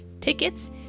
tickets